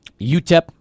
UTEP